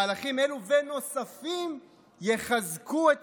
מהלכים אלו ונוספים יחזקו את